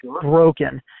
broken